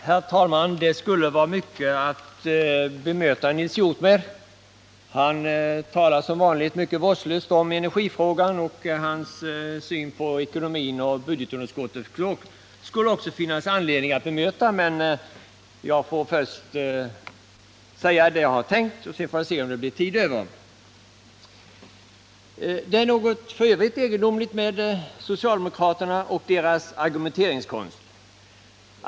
Herr talman! Mycket vore att bemöta i Nils Hjorths anförande. Han talar som vanligt mycket vårdslöst om energifrågan. Också hans syn på ekonomin och budgetunderskottet finns det anledning att bemöta. Men jag skall först säga det jag har tänkt säga, och sedan får jag se om det blir tid över. Det är något egendomligt med socialdemokraterna och deras argumenteringskonst.